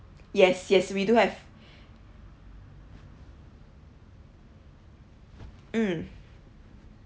yes yes we do have mm